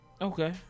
Okay